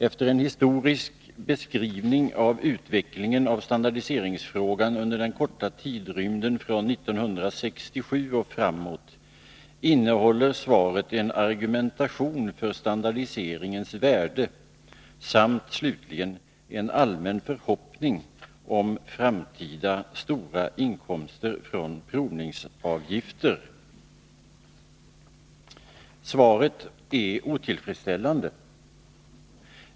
Efter en historisk beskrivning av utvecklingen av standardiseringsfrågan under den korta tidrymden från 1967 och framåt innehåller svaret en argumentation för standardiseringens värde samt, slutligen, en allmän förhoppning om framtida stora inkomster från provningsavgifter. Svaret är otillfredsställande.